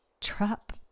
trap